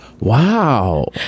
Wow